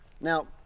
Now